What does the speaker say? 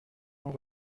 sans